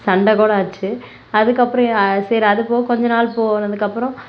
சண்டை கூட ஆச்சு அதுக்கப்புறோம் சரி அதுபோக கொஞ்ச நாள் போனதுக்கப்புறம்